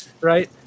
right